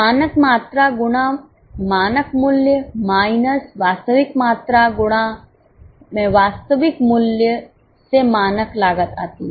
मानक मात्रा गुणा मानक मूल्य माइनस वास्तविक मात्रा गुणामें वास्तविक मूल्य से मानक लागत आती है